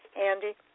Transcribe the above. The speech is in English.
Andy